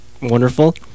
wonderful